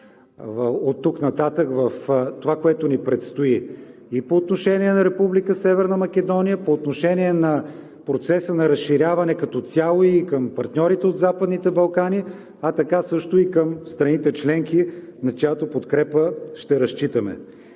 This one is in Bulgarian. оттук нататък в това, което ни предстои и по отношение на Република Северна Македония, и по отношение на процеса на разширяване като цяло, и към партньорите от Западните Балкани, а така също и към страните членки, на чиято подкрепа ще разчитаме.